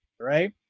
right